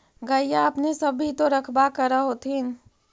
गईया अपने सब भी तो रखबा कर होत्थिन?